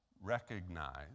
recognize